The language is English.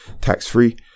tax-free